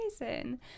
amazing